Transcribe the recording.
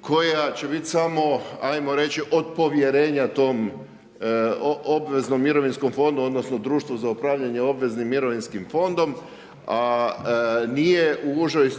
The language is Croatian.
koja će biti samo, ajmo reći od povjerenja tom obveznom mirovinskom fondu odnosno društvu za upravljanje obveznim mirovinskim fondom, a nije u užoj